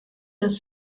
dass